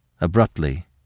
abruptly